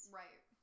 right